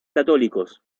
católicos